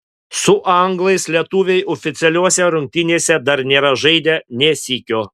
su anglais lietuviai oficialiose rungtynėse dar nėra žaidę nė sykio